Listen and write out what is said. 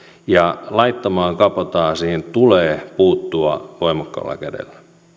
ja laittomaan kabotaasiin tulee puuttua voimakkaalla kädellä